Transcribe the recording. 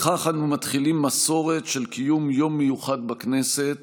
בכך אנו מתחילים מסורת של קיום יום מיוחד בכנסת